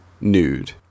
nude